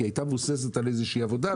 כי היא הייתה מבוססת על איזושהיא עבודה,